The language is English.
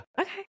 Okay